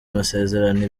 amasezerano